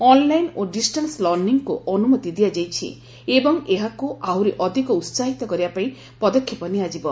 online ଓ distance learning କୁ ଅନୁମତି ଦିଆଯାଇଛି ଏବଂ ଏହାକୁ ଆହୁରି ଅଧିକ ଉସାହିତ କରିବା ପାଇଁ ପଦକ୍ଷେପ ନିଆଯିବ